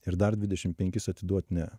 ir dar dvidešim penkis atiduot ne